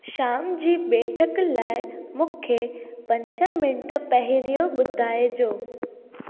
शाम जी बैठक लाइ मूंखे पंज मिंट पहिरियों ॿुधाइजो